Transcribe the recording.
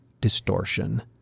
distortion